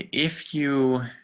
if you